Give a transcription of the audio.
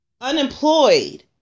unemployed